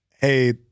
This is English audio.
hey